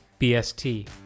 BST